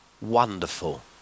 wonderful